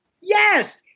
Yes